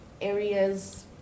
areas